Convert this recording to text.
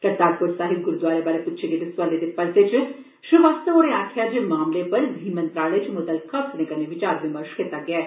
करतारपूर साहिब गुरुद्वारे बारै पुच्छे गेदे सवाले दे परते च श्रीवास्तव होरें आक्खेआ जे मामले पर गृह मंत्रालय च म्तलका अफसरें कन्ने विचार विमर्ष कीता गेआ ऐ